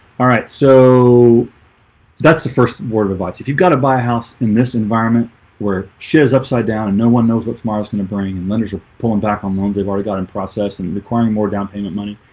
alright so that's the first word of advice if you've got a my house in this environment where she is upside down and no one knows what tomorrow's gonna bring and lenders are pulling back on loans they've already got in process and acquiring more down payment money